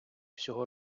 всього